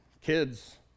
kids